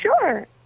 Sure